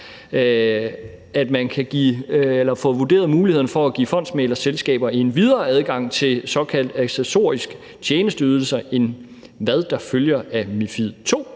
at man kan få vurderet mulighederne for at give fondsmæglerselskaber en videre adgang til såkaldte accessoriske tjenesteydelser, end hvad der følger af MiFID